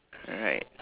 alright